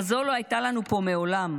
כזאת לא הייתה לנו פה מעולם.